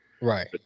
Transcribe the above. Right